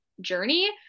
journey